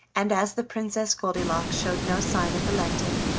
and, as the princess goldilocks showed no sign of relenting,